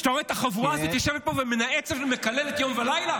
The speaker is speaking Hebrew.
כשאתה רואה את החבורה הזאת יושבת פה ומנאצת ומקללת יום ולילה?